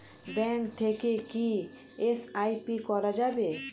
Bank থেকে কী SIP করা যাবে?